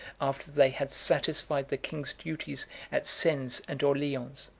after they had satisfied the king's duties at sens and orleans.